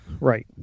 Right